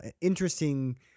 interesting